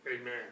amen